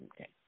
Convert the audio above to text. Okay